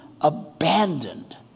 abandoned